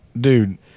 dude